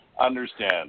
understand